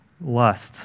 lust